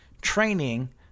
training